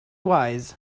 wise